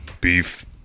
beef